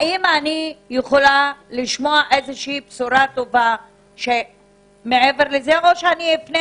האם אני יכולה לשמוע בשורה טובה מעבר לכך או שאפנה